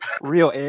Real